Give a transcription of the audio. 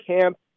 camp